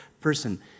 person